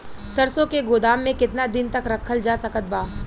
सरसों के गोदाम में केतना दिन तक रखल जा सकत बा?